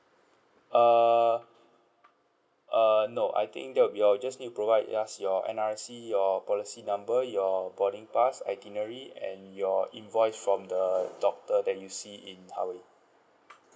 err err no I think that'll be all you just need to provide us your N_R_I_C your policy number your boarding pass itinerary and your invoice from the doctor that you see in hawaii